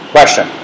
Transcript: Question